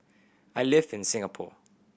I live in Singapore